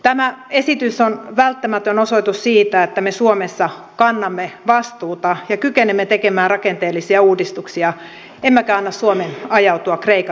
tämä esitys on välttämätön osoitus siitä että me suomessa kannamme vastuuta ja kykenemme tekemään rakenteellisia uudistuksia emmekä anna suomen ajautua kreikan tielle